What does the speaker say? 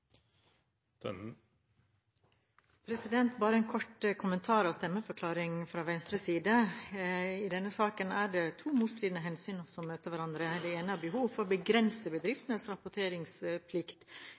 hva. Bare en kort kommentar og stemmeforklaring fra Venstres side: I denne saken er det to motstridende hensyn som møter hverandre. Det ene er behovet for å begrense